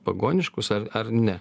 pagoniškus ar ar ne